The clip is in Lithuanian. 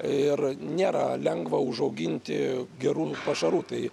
ir nėra lengva užauginti gerų pašarų tai